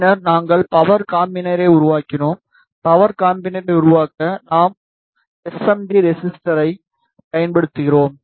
பின்னர் நாங்கள் பவர் காம்பினரை உருவாக்கினோம் பவர் காம்பினரை உருவாக்க நாம் எஸ் எம் டி ரெசிஸ்டரை பயன்படுத்துகிறோம்